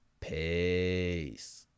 Peace